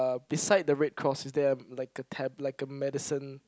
beside the red cross is there a like a tab like a medicine